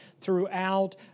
throughout